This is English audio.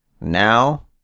Now